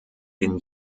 den